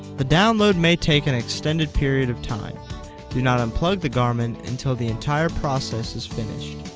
the download may take an extended period of time do not unplug the garmin until the entire process is finished